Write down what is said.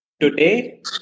today